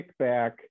kickback